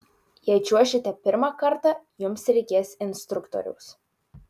jei čiuošite pirmą kartą jums reikės instruktoriaus